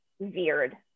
veered